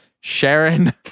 Sharon